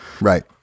Right